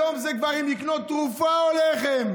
היום זה כבר אם לקנות תרופה או לחם.